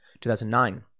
2009